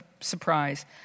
surprise